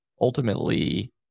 ultimately